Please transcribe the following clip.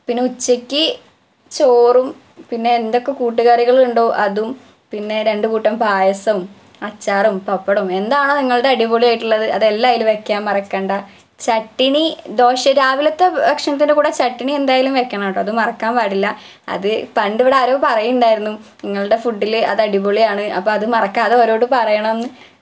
പിന്നെ ഉച്ചയ്ക്ക് ചോറും പിന്നെ എന്തൊക്കെ കൂട്ടുകറികളുണ്ടോ അതും പിന്നെ രണ്ടുകൂട്ടം പായസം അച്ചാറും പപ്പടവും എന്താണോ നിങ്ങളുടെ അടിപൊളി ആയിട്ടുള്ളത് അതെല്ലാം അതില് വയ്ക്കാൻ മറക്കണ്ട ചട്ടിണി ദോശ രാവിലത്തെ ഭക്ഷണത്തിൻ്റെ കൂടെ ചട്ടിണി എന്തായാലും വയ്ക്കണോട്ടോ അത് മറക്കാൻ പാടില്ല അത് പണ്ടിവിടെ ആരോ പറയ്ണ്ടാരുന്നു നിങ്ങളുടെ ഫുഡില് അത് അടിപൊളിയാണ് അപ്പോള് അത് മറക്കാതെ അതവരോട് പറയണം